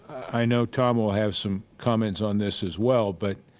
i know tom will have some comments on this as well, but